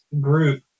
group